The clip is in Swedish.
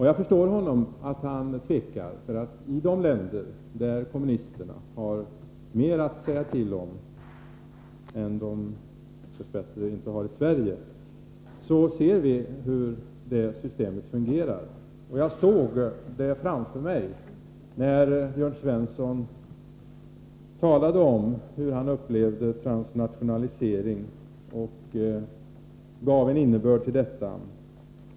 Jag förstår honom att han tvekar, för i de länder där kommunisterna har mera att säga till om än de dess bättre har i Sverige ser vi hur det systemet fungerar. Jag såg det framför mig när Jörn Svensson talade om hur han upplevde transnationalisering och gav en innebörd åt detta begrepp.